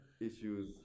Issues